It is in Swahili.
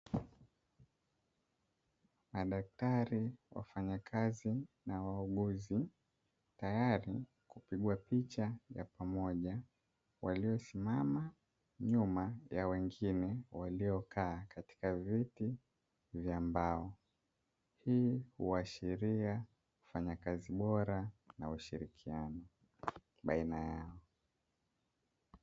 Madaktari, wafanyakazi na wauguzi; tayari kupigwa picha ya pamoja, waliosimama nyuma ya wengine waliokaa katika viti vya mbao. Hii huashiria ufanyakazi bora na ushirikiano baina yao.